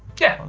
yeah,